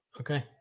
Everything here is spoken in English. Okay